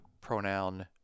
pronoun